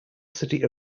city